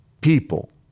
people